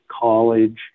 college